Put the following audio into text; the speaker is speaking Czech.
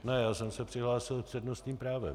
Ne, já jsem se přihlásil s přednostním právem.